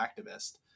activist